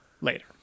later